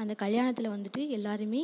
அந்த கல்யாணத்தில் வந்துட்டு எல்லாேருமே